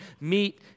meet